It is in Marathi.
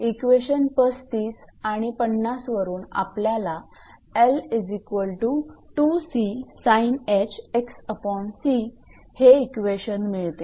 इक्वेशन 35 आणि 50 वरून आपल्याला हे इक्वेशन मिळते